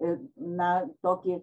na tokį